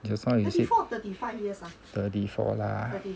just now you said thirty four lah